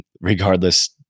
regardless